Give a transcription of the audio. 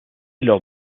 lors